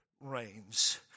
reigns